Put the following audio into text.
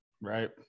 Right